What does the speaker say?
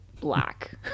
black